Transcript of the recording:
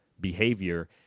behavior